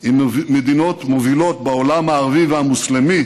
עם מדינות מובילות בעולם הערבי והמוסלמי